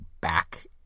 back